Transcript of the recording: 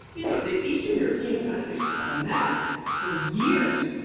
you know, the eastern european countries were a mess for years.